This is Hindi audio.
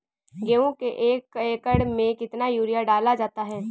गेहूँ के एक एकड़ में कितना यूरिया डाला जाता है?